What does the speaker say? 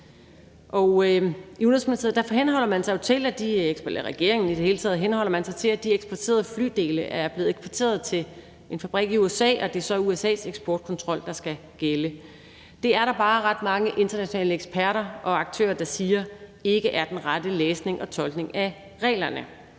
regeringen, henholder man sig til, at de eksporterede flydele er blevet eksporteret til en fabrik i USA, og at det så er USA's eksportkontrol, der skal gælde. Det er der bare ret mange internationale eksperter og aktører der siger ikke er den rette læsning og tolkning af reglerne.